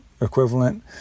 equivalent